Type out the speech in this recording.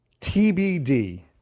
TBD